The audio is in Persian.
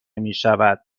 میشود